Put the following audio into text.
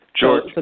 George